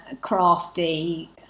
crafty